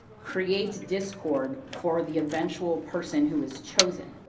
creates discord for the eventual person who is chosen,